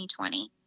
2020